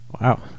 wow